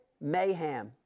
Mayhem